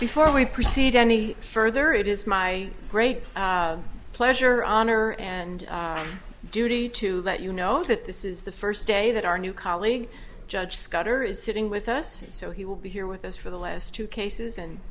before we proceed any further it is my great pleasure honor and duty to let you know that this is the first day that our new colleague judge scudder is sitting with us so he will be here with us for the last two cases and